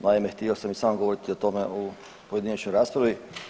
Naime, htio sam i sam govoriti o tome u pojedinačnoj raspravi.